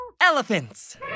Elephants